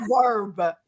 verb